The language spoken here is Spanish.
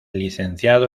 licenciado